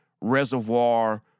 reservoir